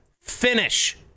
finish